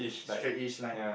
K straight-ish line